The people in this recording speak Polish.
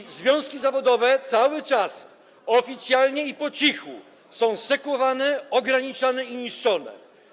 I związki zawodowe cały czas oficjalnie i po cichu są sekowane, ograniczane i niszczone.